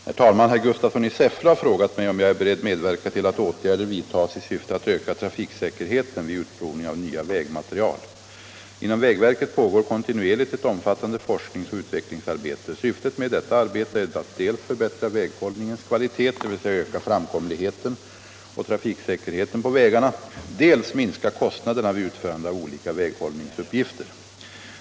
Herr talman! Herr Gustafsson i Säffle har frågat mig om jag är beredd medverka till att åtgärder vidtas i syfte att öka trafiksäkerheten vid utprovning av nya vägmaterial. Inom vägverket pågår kontinuerligt ett omfattande forskningsoch utvecklingsarbete. Syftet med detta arbete är att dels förbättra väghållningens kvalitet, dvs. öka framkomligheten och trafiksäkerheten på vägarna, dels minska kostnaderna vid utförande av olika väghållningsuppgifter.